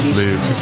live